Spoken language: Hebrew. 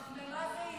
פחמימה זה איום.